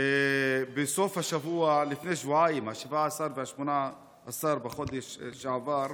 בסוף השבוע לפני שבועיים, 17 ו-18 בחודש שעבר,